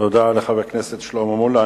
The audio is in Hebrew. תודה לחבר הכנסת שלמה מולה.